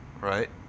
right